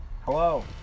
Hello